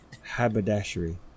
haberdashery